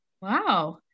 Wow